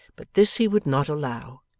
but this he would not allow,